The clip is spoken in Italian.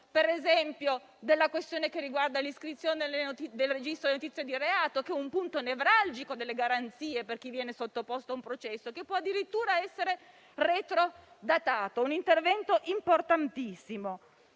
per esempio, della questione che riguarda l'iscrizione al registro delle notizie di reato, che è un punto nevralgico delle garanzie per chi viene sottoposto a un processo che può addirittura essere retrodatato. Si tratta di un intervento importantissimo.